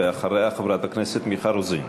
ואחריה, חברת הכנסת מיכל רוזין.